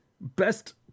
Best